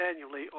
annually